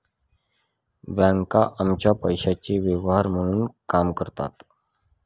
बँका आमच्या पैशाचे व्यवहार म्हणून काम करतात